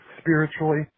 spiritually